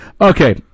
Okay